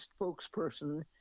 spokesperson